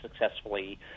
successfully